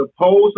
opposed